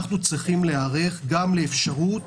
אנחנו צריכים להתכונן גם לאפשרות,